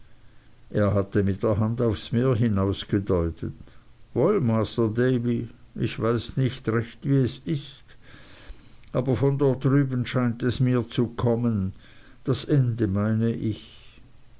er hatte mit der hand aufs meer hinausgedeutet woll masr davy ich weiß nicht recht wie es ist aber von dort drüben scheint es mir zu kommen das ende meine ich